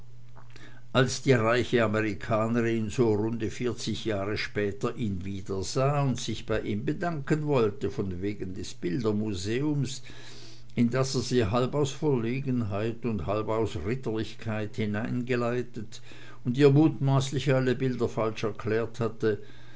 also die reiche amerikanerin so runde vierzig jahr später ihn wiedersah und sich bei ihm bedanken wollte von wegen des bildermuseums in das er sie halb aus verlegenheit und halb aus ritterlichkeit begleitet und ihr mutmaßlich alle bilder falsch erklärt hatte